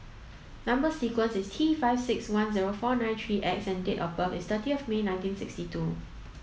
number sequence is T five six one zero four nine three X and date of birth is thirtieth May nineteen sixty two